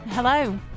hello